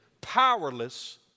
powerless